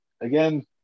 Again